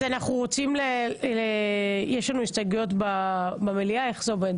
יש לנו הסתייגויות במליאה, איך זה עובד?